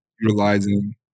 utilizing